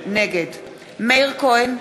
נגד מאיר כהן,